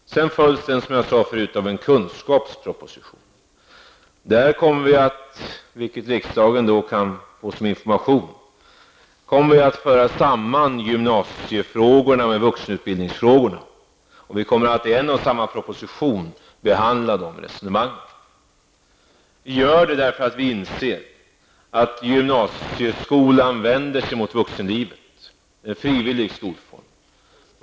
Sedan följs den, vilket jag sade förut, av en kunskapsproposition. Där kommer vi, vilket riksdagen kan delges som information, att föra samman gymnasiefrågorna med vuxenutbildningsfrågorna. Vi kommer att i en och samma proposition föra dessa resonemang. Vi gör det därför att vi inser att gymnasieskolan förbereder för vuxenlivet. Det är en frivillig skolform.